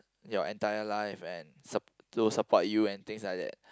your entire life and sup~ to support you and things like that